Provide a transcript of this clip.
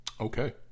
Okay